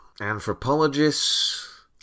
anthropologists